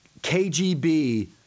KGB